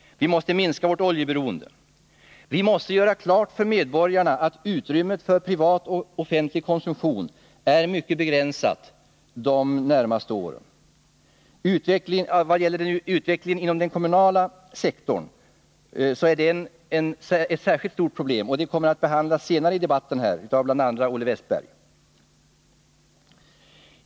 Vi måste minska vårt oljeberoende. Vi måste göra klart för medborgarna att utrymmet för privat och offentlig konsumtionsökning är mycket begränsat de närmaste åren. Utvecklingen inom den kommunala sektorn är ett särskilt stort problem, som kommer att tas upp senare i debatten av bl.a. Olle Wästberg i Stockholm.